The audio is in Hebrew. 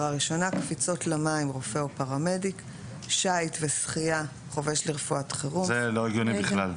קפיצות למים + שייט + שחייה + זה לא הגיוני בכלל,